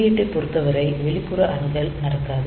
குறியீட்டைப் பொருத்தவரை வெளிப்புற அணுகல் நடக்காது